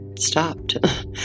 stopped